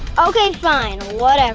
okay, fine. whatever.